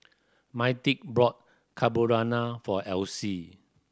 Myrtice bought Carbonara for Elise